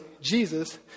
Jesus